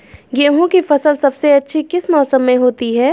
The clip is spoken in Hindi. गेंहू की फसल सबसे अच्छी किस मौसम में होती है?